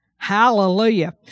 Hallelujah